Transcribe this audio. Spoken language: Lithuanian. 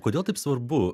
kodėl taip svarbu